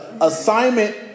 assignment